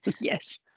Yes